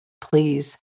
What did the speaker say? please